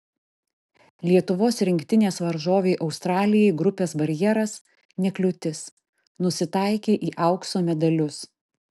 lietuvos rinktinės varžovei australijai grupės barjeras ne kliūtis nusitaikė į aukso medalius